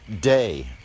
day